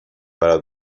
برات